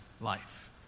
life